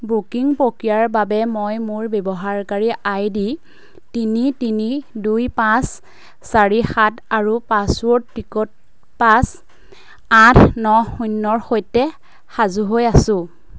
booking প্ৰক্ৰিয়াৰ বাবে মই মোৰ ব্যৱহাৰকাৰী আই ডি তিনি তিনি দুই পাঁচ চাৰি সাত আৰু পাছৱৰ্ড টিকট পাচঁ আঠ ন শূন্যৰ সৈতে সাজু হৈ আছোঁ